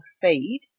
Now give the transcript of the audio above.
feed